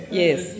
yes